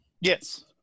Yes